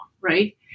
right